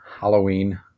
Halloween